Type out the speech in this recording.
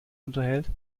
unterhält